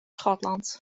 schotland